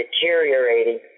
deteriorating